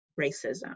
racism